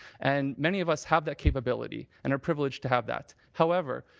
and many of us have that capability. and are privileged to have that. however,